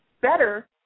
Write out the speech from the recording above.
better